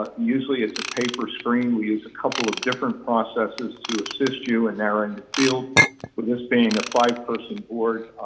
usually it's a paper screen, we use a couple of different processes to assist you in narrowing the field but this being a five-person board,